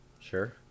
Sure